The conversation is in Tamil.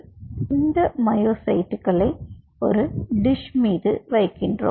நீங்கள் இந்த மயோசைட்டுகளை ஒரு டிஷ் மீது வைக்கின்றோம்